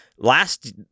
Last